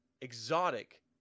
exotic